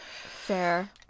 fair